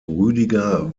rüdiger